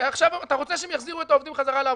עכשיו אתה רוצה שהם יחזירו את העובדים חזרה לעבודה.